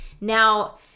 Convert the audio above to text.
Now